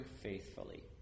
faithfully